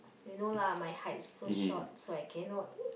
you know lah my height so short so I cannot